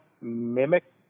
mimic